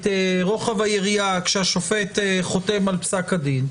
את רוחב היריעה כשהשופט חותם על פסק הדין,